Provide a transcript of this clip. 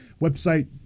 website